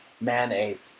man-ape